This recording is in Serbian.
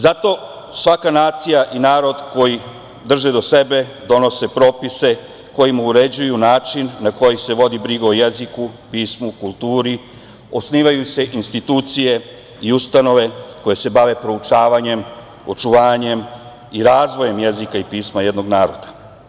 Zato svaka nacija i narod koji drže do sebe donose propise kojima uređuju način na koji se vodi briga o jeziku, pismu, kulturi, osnivaju se institucije i ustanove koje se bave proučavanjem, očuvanjem i razvojem jezika i pisma jednog naroda.